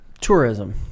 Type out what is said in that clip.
tourism